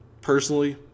personally